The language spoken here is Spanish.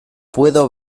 puedo